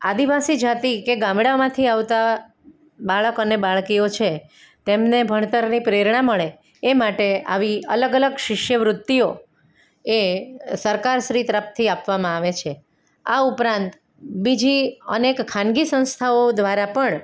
આદિવાસી જાતિ કે ગામડામાંથી આવતા બાળક અને બાળકીઓ છે તેમને ભણતરની પ્રેરણા મળે એ માટે આવી અલગ અલગ શિષ્યવૃત્તિઓ એ સરકારશ્રી તરફથી આપવામાં આવે છે આ ઉપરાંત બીજી અનેક ખાનગી સંસ્થાઓ દ્વારા પણ